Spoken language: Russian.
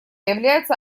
являются